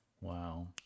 Wow